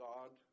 God